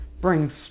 brings